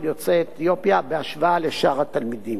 יוצאי אתיופיה בהשוואה לשאר התלמידים.